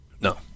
No